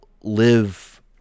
live